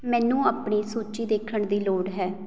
ਮੈਨੂੰ ਆਪਣੀ ਸੂਚੀ ਦੇਖਣ ਦੀ ਲੋੜ ਹੈ